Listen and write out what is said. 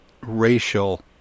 racial